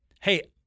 hey